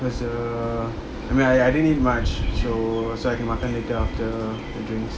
cause err I mean I I didn't eat much so so I can makan later after drinks